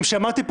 אני לא מסכים,